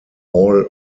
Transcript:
all